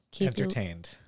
entertained